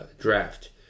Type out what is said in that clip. draft